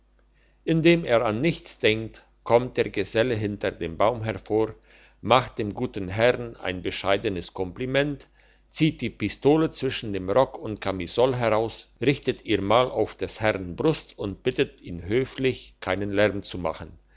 indem er an nichts denkt kommt der geselle hinter dem baum hervor macht dem guten herrn ein bescheidenes kompliment zieht die pistole zwischen dem rock und kamisol heraus richtet ihr maul auf des herrn brust und bittet ihn höflich keinen lärm zu machen